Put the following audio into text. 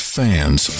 fans